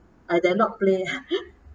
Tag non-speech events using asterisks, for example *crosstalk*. I dare not play *laughs*